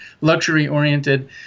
luxury-oriented